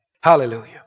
Hallelujah